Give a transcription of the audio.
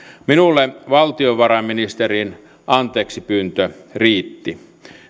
minulle valtiovarainministerin anteeksipyyntö riitti